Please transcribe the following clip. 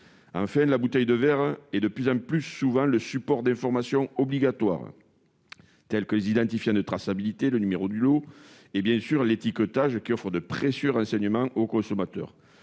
Enfin, la bouteille en verre est de plus en plus souvent le support d'informations obligatoires, telles que les identifiants de traçabilité, le numéro du lot et, bien sûr, l'étiquetage qui offre de précieux renseignements aux consommateurs.